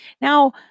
Now